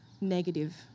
negative